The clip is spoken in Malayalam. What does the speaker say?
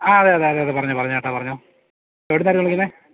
ങാ അതെ അതെ അതെ പറഞ്ഞോ പറഞ്ഞോ ചേട്ടാ പറഞ്ഞോ എവിടെ നിന്നായിരുന്നു വിളിക്കുന്നത്